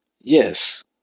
Yes